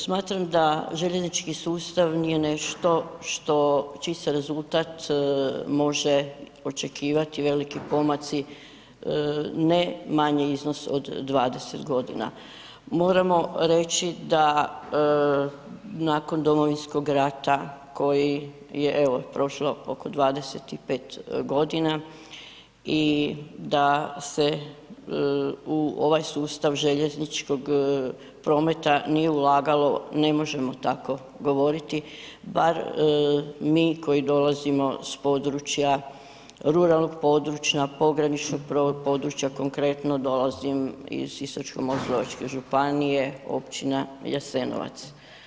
Smatram da željeznički sustav nije nešto što, čiji se rezultat može očekivati, veliki pomaci, ne manji iznos od 20.g., moramo reći da nakon domovinskog rata koji je, evo prošlo oko 25.g. i da se u ovaj sustav željezničkog prometa nije ulagalo, ne možemo tako govoriti, bar mi koji dolazimo s područja, ruralnog područja, pograničnog područja, konkretno dolazim iz Sisačko-moslavačke županije, općina Jasenovac.